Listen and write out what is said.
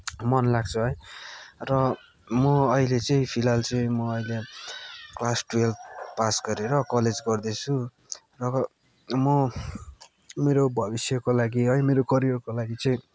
मन लाग्छ है र म अहिले चाहिँ फिलहाल चाहिँ म अहिले क्लास ट्वेल्भ पास गरेर कलेज पढ्दैछु र अब म मेरो भविष्यको लागि है मेरो करियरको लागि चाहिँ